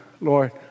Lord